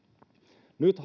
nyt